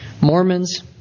Mormons